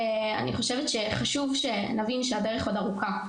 אני חושבת שחשוב שנבין שהדרך עוד ארוכה,